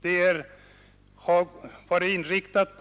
Detta yrkande har varit inriktat